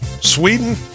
sweden